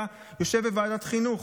אתה יושב בוועדת החינוך,